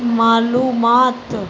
मालूमात